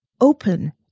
open